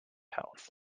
health